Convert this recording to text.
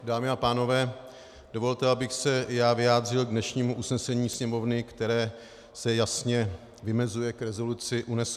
Dámy a pánové, dovolte, abych se i já vyjádřil k dnešnímu usnesení Sněmovny, které se jasně vymezuje k rezoluci UNESCO.